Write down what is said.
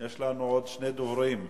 יש לנו עוד שני דוברים: